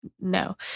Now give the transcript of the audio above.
no